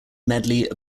medley